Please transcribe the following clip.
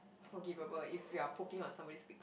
forgivable if you are poking on somebody's weak spots